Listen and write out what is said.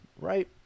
right